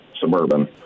suburban